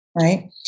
Right